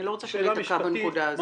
אני לא רוצה שניתקע בנקודה הזאת.